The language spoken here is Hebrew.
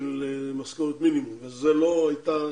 של משכורת מינימום וזו לא הייתה